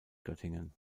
göttingen